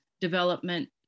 development